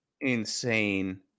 insane